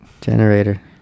Generator